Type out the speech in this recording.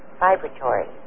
vibratory